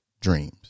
Dreams